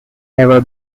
ever